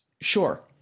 Sure